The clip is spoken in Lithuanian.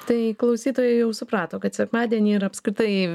tai klausytojai jau suprato kad sekmadienį ir apskritai